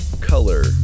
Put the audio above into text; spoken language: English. color